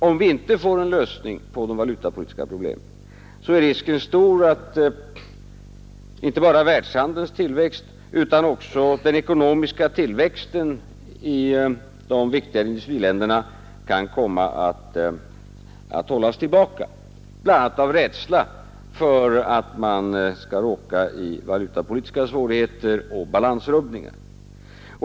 Om vi inte får en lösning på de valutapolitiska problemen är risken stor att inte bara världshandelns tillväxt utan även den ekonomiska tillväxten i de viktiga industriländerna kan komma att hållas tillbaka, bl.a. av rädsla för att råka i valutapolitiska svårigheter och balansrubbningar.